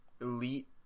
elite